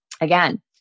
again